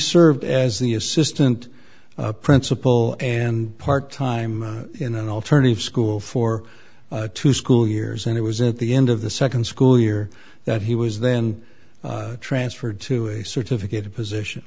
served as the assistant principal and part time in an alternative school for two school years and it was at the end of the second school year that he was then transferred to a certificate position